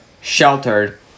sheltered